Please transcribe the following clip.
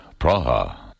Praha